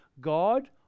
God